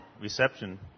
reception